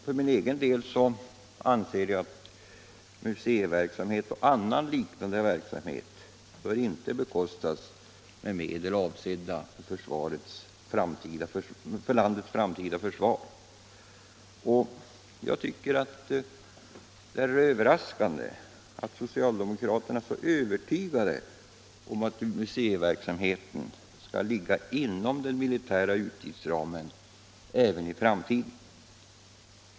För min egen del anser jag att museiverksamhet och annan liknande verksamhet inte bör bekostas med medel avsedda för landets framtida försvar. Det är, tycker jag, överraskande att socialdemokraterna är övertygade om att museiverksamheten skall ligga inom den militära utgiftsramen även i framtiden.